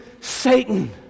Satan